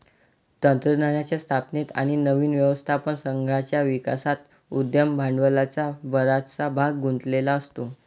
तंत्रज्ञानाच्या स्थापनेत आणि नवीन व्यवस्थापन संघाच्या विकासात उद्यम भांडवलाचा बराचसा भाग गुंतलेला असतो